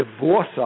divorce